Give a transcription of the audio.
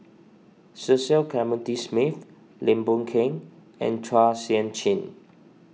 Cecil Clementi Smith Lim Boon Keng and Chua Sian Chin